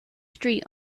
street